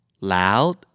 loud